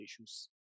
issues